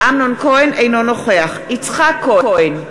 אינו נוכח יצחק כהן,